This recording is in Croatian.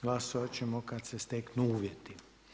Glasovat ćemo kada se steknu uvjeti.